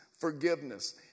forgiveness